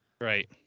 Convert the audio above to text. Right